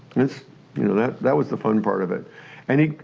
you know that that was the fun part of it and he,